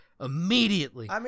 immediately